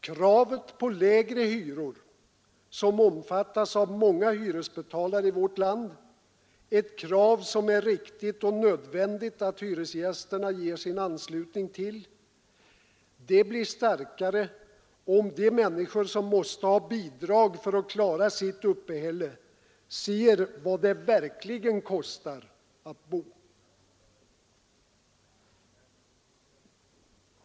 Kravet på lägre hyror som omfattas av många hyresbetalare i vårt land — ett krav som det är riktigt och nödvändigt att hyresgästerna ger sin anslutning till — blir starkare om de människor som måste ha bidrag för att klara sitt uppehälle ser vad det verkligen kostar att bo.